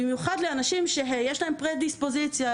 במיוחד לאנשים שיש להם פרה-דיספוזיציה.